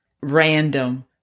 random